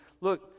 Look